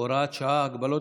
(הוראת שעה) (הגבלת